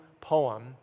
poem